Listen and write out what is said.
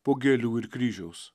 po gėlių ir kryžiaus